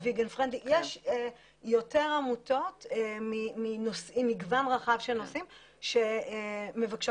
יש יותר עמותות ממגוון רחב של נושאים שמבקשות